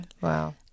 Wow